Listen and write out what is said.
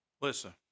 Listen